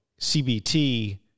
CBT